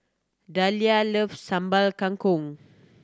Dahlia love Sambal Kangkong